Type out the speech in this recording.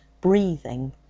breathing